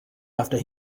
after